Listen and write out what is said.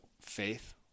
faith